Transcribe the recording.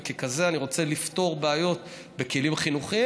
וככזה אני רוצה לפתור בעיות בכלים חינוכיים.